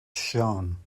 shone